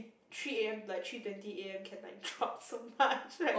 three A_M like three twenty A_M can like drop so much like